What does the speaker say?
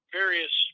various